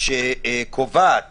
שקובעת